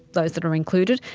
those that are included,